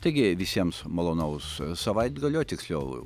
taigi visiems malonaus savaitgalio tiksliau